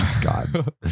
God